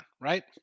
right